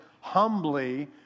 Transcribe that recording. humbly